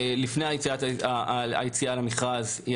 טרם היציאה למכרז,